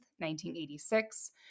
1986